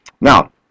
Now